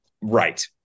Right